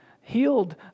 healed